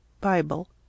Bible